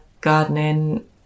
gardening